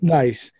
nice